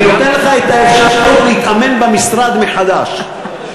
אני נותן לך את האפשרות להתאמן במשרד מחדש.